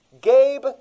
Gabe